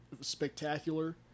spectacular